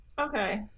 Okay